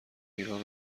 ایران